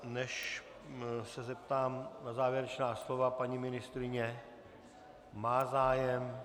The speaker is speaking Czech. Než se zeptám na závěrečná slova, paní ministryně má zájem.